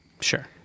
Sure